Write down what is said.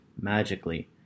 magically